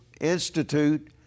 Institute